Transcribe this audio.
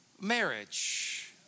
marriage